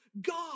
God